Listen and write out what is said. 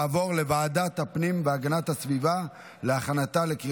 לוועדת הפנים והגנת הסביבה נתקבלה.